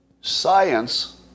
Science